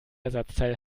ersatzteil